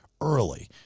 early